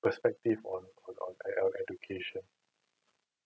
perspective on on edu~ education